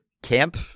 Camp